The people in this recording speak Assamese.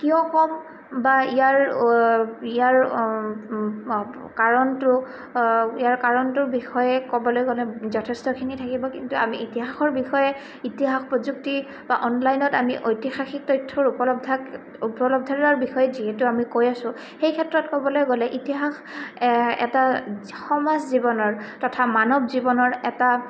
কিয় কম বা ইয়াৰ ইয়াৰ কাৰণটো ইয়াৰ কাৰণটোৰ বিষয়ে ক'বলৈ গ'লে যথেষ্টখিনি থাকিব কিন্তু আমি ইতিহাসৰ বিষয়ে ইতিহাস প্ৰযুক্তি বা অনলাইনত আমি ঐতিহাসিক তথ্যৰ উপলব্ধাক উপলব্ধতাৰ বিষয়ে যিহেতু আমি কৈ আছোঁ সেই ক্ষেত্ৰত ক'বলৈ গ'লে ইতিহাস এটা সমাজ জীৱনৰ তথা মানৱ জীৱনৰ এটা